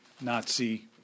Nazi